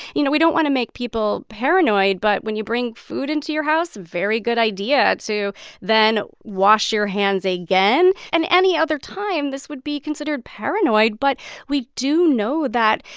you know, we don't want to make people paranoid. but when you bring food into your house, very good idea to then wash your hands again. and any other time, this would be considered paranoid, but we do know that,